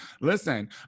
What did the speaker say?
listen